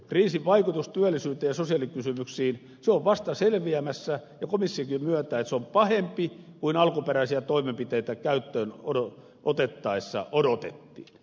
kriisin vaikutus työllisyyteen ja sosiaalikysymyksiin on vasta selviämässä ja komissiokin myöntää että se on pahempi kuin alkuperäisiä toimenpiteitä käyttöön otettaessa odotettiin